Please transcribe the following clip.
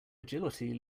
agility